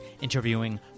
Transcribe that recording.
interviewing